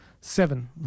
Seven